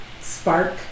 spark